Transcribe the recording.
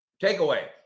Takeaway